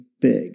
big